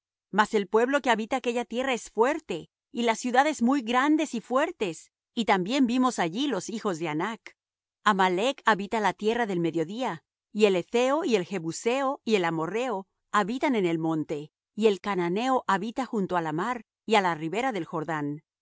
mas el pueblo que habita aquella tierra es fuerte y las ciudades muy grandes y fuertes y también vimos allí los hijos de anac amalec habita la tierra del mediodía y el hetheo y el jebuseo y el amorrheo habitan en el monte y el cananeo habita junto á la mar y á la ribera del jordán